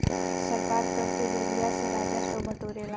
सरकार कर के जरिया से राजस्व बिटोरेला